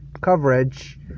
Coverage